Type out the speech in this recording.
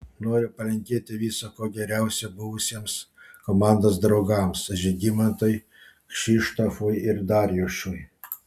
noriu palinkėti viso ko geriausio buvusiems komandos draugams žygimantui kšištofui ir darjušui